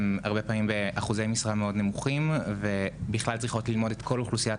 הם הרבה פעמים באחוזי משרה נמוכים וצריכות ללמוד את כל אוכלוסיית